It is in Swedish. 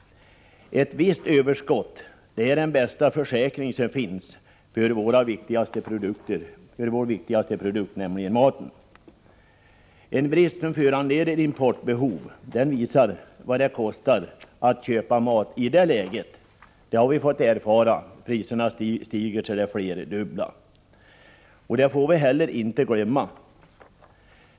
Ett visst överskott är den bästa försäkring som finns för vår viktigaste produkt, nämligen maten. En brist föranleder importbehov. Vad det kostar att köpa mat i det läget har vi fått erfara. Priserna har stigit till det flerdubbla. Det får vi inte heller glömma bort.